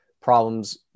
problems